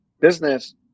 business